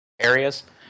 areas